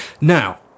Now